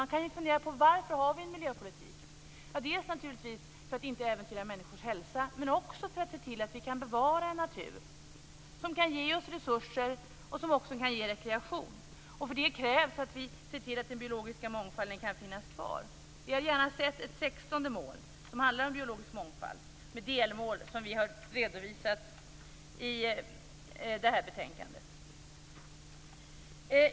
Man kan fundera över varför vi har en miljöpolitik. Dels är det naturligtvis för att inte äventyra människors hälsa, dels för att se till att vi kan bevara en natur som kan ge oss resurser och som även kan ge rekreation. För det krävs att vi ser till att den biologiska mångfalden kan finnas kvar. Vi hade gärna sett ett sextonde mål som handlar om biologisk mångfald, med delmål som vi har redovisat i detta betänkande.